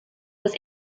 was